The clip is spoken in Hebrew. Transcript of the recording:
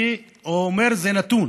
אני אומר, זה נתון.